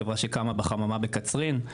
חברה שקמה בחממה בקצרין,